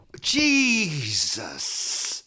Jesus